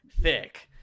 thick